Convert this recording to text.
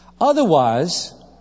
Otherwise